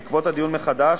בעקבות הדיון מחדש,